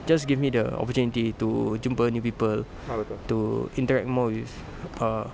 just give me the opportunity to jumpa new people to interact more with err